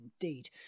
indeed